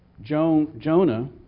Jonah